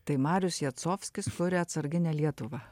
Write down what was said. tai marius jacovskis kuria atsarginę lietuvą